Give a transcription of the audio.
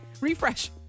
Refresh